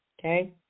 okay